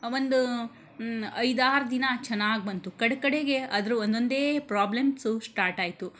ಒಂದು ಐದಾರು ದಿನ ಚೆನ್ನಾಗಿ ಬಂತು ಕಡೆ ಕಡೆಗೆ ಅದ್ರ ಒಂದೊಂದೇ ಪ್ರಾಬ್ಲಮ್ಸು ಸ್ಟಾರ್ಟಾಯಿತು